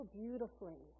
beautifully